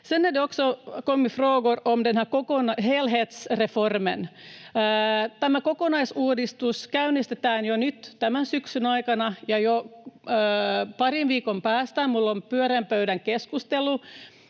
det också kommit frågor om den här helhetsreformen. Tämä kokonaisuudistus käynnistetään jo nyt tämän syksyn aikana, ja jo parin viikon päästä minulla on pyöreän pöydän keskustelutapahtuma